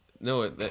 No